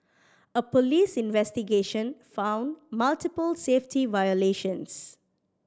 a police investigation found multiple safety violations